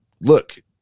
look